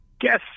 guess